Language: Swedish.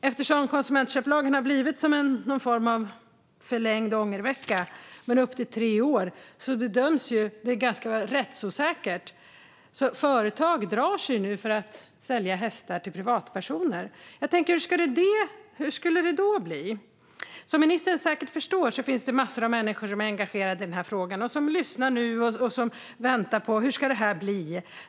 Eftersom konsumentköplagen har blivit någon form av förlängd ångervecka upp till tre år bedöms det ganska rättsosäkert, och företag drar sig nu för att sälja hästar till privatpersoner. Hur skulle det då bli? Som ministern säkert förstår finns det massor av människor som är engagerade i den här frågan och som lyssnar nu och väntar på hur det ska bli.